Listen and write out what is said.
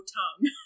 tongue